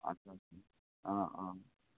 আচ্ছা আচ্ছা অঁ অঁ